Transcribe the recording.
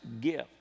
gift